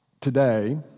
today